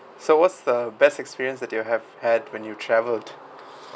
so what's the best experience that you have had when you traveled